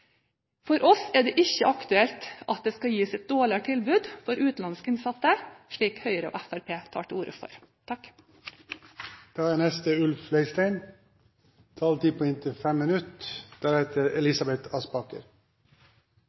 For oss er det ikke aktuelt at det skal gis et dårligere tilbud til utenlandske innsatte, slik Høyre og Fremskrittspartiet tar til orde for. Jeg har hatt gleden av å være medlem av justiskomiteen i ett år, og på